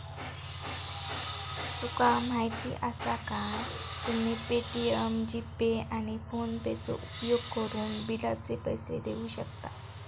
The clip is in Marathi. तुका माहीती आसा काय, तुम्ही पे.टी.एम, जी.पे, आणि फोनेपेचो उपयोगकरून बिलाचे पैसे देऊ शकतास